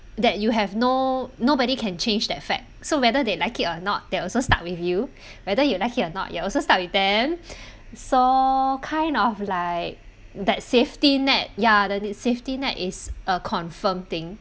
that you have no nobody can change that fact so whether they like it or not they also stuck with you whether you like it or not you also stuck with them so kind of like that safety net ya the the safety net is a confirm thing